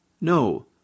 No